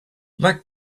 like